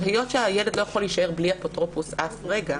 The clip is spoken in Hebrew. היות שהילד לא יכול להישאר בלי אפוטרופוס אף רגע,